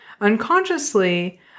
Unconsciously